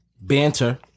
banter